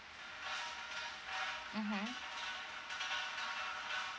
mmhmm